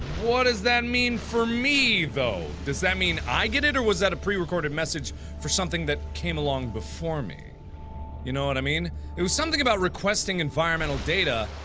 what is that mean for me though does that mean i get it or was that a pre-recorded message for something that came along before me you know what i mean it was something about requesting environmental data